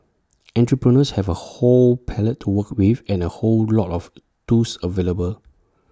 entrepreneurs have A whole palette to work with and A whole lot of tools available